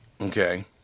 Okay